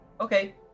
Okay